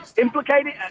implicated